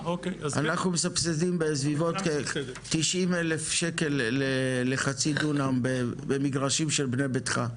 אנחנו מסבסדים בסביבות 90,000 שח לחצי דונם במגרשים של בני ביתך,